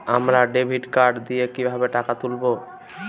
আমরা debit card দিয়ে কিভাবে টাকা তুলবো?